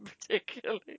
particularly